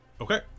okay